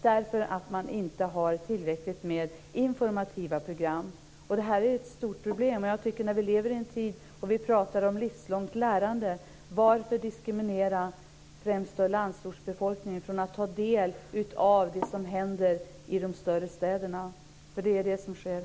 De har inte tillräckligt med informativa program. Detta är ett stort problem. Vi lever ju i en tid då man pratar om livslångt lärande. Varför diskriminera främst landsortsbefolkningen när det gäller att kunna ta del av det som händer i de större städerna - för det är det som sker?